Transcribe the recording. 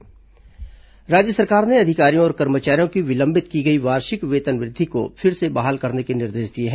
वेतन वृद्धि राज्य सरकार ने अधिकारियों और कर्मचारियों की विलंबित की गई वार्षिक वेतन वृद्धि को फिर से बहाल करने के निर्देश दिए हैं